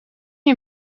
een